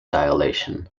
dilation